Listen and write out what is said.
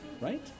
right